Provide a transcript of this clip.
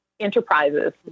enterprises